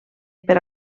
per